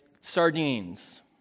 sardines